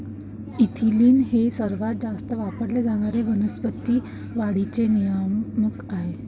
ethylene हे सर्वात जास्त वापरले जाणारे वनस्पती वाढीचे नियामक आहे